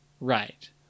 Right